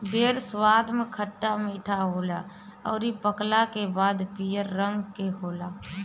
बेर स्वाद में खट्टा मीठा होला अउरी पकला के बाद पियर रंग के होला